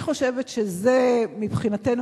אני חושבת שזה מבחינתנו,